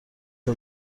زده